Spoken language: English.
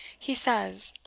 he says